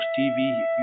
TV